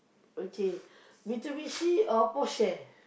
okay Mitsubishi or Porsche